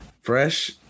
Fresh